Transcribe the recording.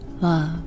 love